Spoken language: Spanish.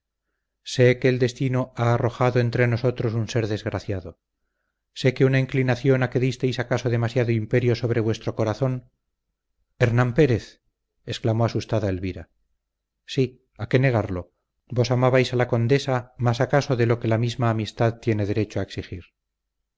sé que el destino ha arrojado entre nosotros un ser desgraciado sé que una inclinación a que disteis acaso demasiado imperio sobre vuestro corazón hernán pérez exclamó asustada elvira sí a qué negarlo vos amabais a la condesa más acaso de lo que la misma amistad tiene derecho a exigir